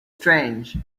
strange